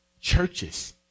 churches